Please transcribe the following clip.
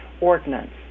ordinance